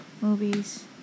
movies